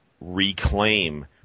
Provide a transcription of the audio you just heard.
reclaim